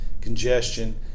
congestion